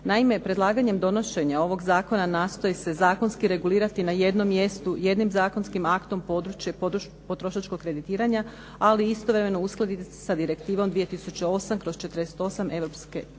Naime, predlaganjem donošenja ovog zakona nastoji se zakonski regulirati na jednom mjestu, jednim zakonskim aktom područje potrošačkog kreditiranja ali istovremeno uskladiti sa Direktivom 2008/48